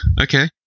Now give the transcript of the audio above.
Okay